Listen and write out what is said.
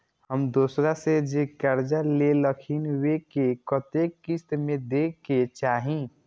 हम दोसरा से जे कर्जा लेलखिन वे के कतेक किस्त में दे के चाही?